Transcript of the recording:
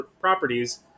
properties